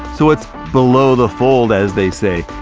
so it's below the fold, as they say.